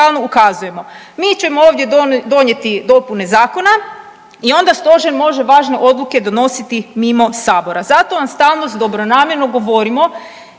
Mi ćemo ovdje donijeti dopune zakona i onda stožer može važne odluke donositi mimo Sabora. Zato vam stalno dobronamjerno govorimo